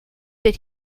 that